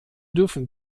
dürfen